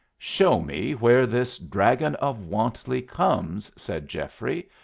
show me where this dragon of wantley comes, said geoffrey,